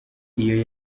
iyo